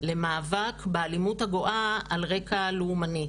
למאבק באלימות הגואה על רקע לאומני,